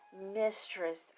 Mistress